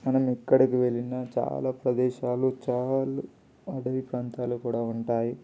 మనం ఎక్కడికి వెళ్ళిన చాలా ప్రదేశాలు చాలా అడవి ప్రాంతాలు కూడా ఉంటాయి